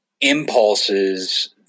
impulses